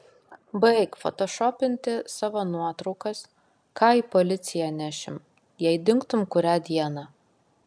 baik fotošopinti savo nuotraukas ką į policiją nešim jei dingtum kurią dieną